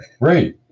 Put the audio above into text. right